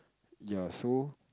ya so